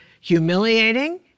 humiliating